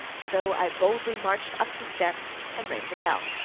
so i boldly marched up the steps and rang the bell.